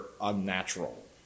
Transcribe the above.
unnatural